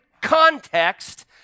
context